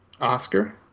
Oscar